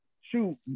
shoot